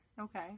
Okay